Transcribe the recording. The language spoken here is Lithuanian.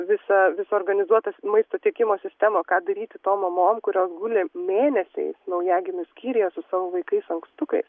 visą visą organizuotą maisto tiekimo sistemą ką daryti tom mamom kurios guli mėnesiais naujagimių skyriuje su savo vaikais ankstukais